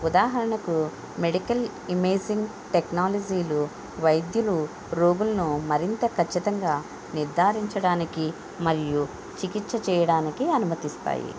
ఉదాహరణకు medical imaging టెక్నాలజీలు వైద్యులు రోగుల్ను మరింత ఖచ్చింతంగా నిర్ధారించడానికి మరియు చికిత్స చేయడానికి అనుమతిస్తాయి